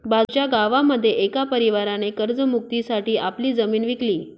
बाजूच्या गावामध्ये एका परिवाराने कर्ज मुक्ती साठी आपली जमीन विकली